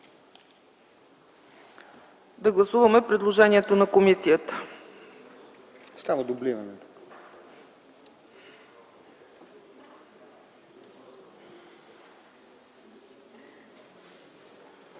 Гласуваме предложението на комисията.